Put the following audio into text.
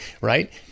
right